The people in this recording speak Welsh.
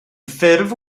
ffurf